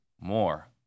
more